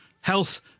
health